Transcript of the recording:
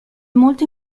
molto